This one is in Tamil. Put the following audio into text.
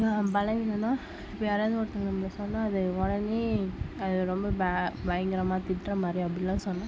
பலவீனம்னால் இப்போ யாராவது ஒருத்தவங்க நம்மளை சொன்னால் அது உடனே அது ரொம்ப ப பயங்கரமாக திட்டுற மாதிரி அப்படியெலாம் சொன்னால்